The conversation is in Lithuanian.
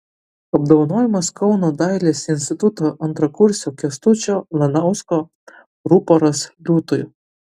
apdovanojimas kauno dailės instituto antrakursio kęstučio lanausko ruporas liūtui